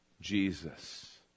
Jesus